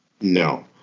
No